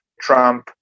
Trump